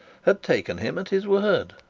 had taken him at his word.